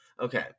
Okay